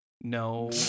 No